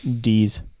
D's